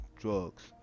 drugs